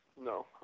no